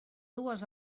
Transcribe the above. dues